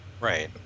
Right